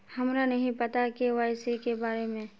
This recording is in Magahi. हमरा नहीं पता के.वाई.सी के बारे में?